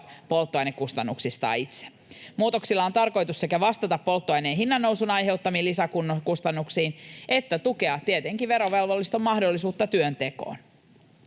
polttoainekustannuksistaan itse. Muutoksilla on tarkoitus sekä vastata polttoaineen hinnannousun aiheuttamiin lisäkustannuksiin että tietenkin tukea verovelvollisten mahdollisuutta työntekoon.